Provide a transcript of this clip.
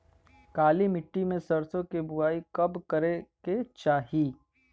काली मिट्टी में सरसों के बुआई कब करे के चाही?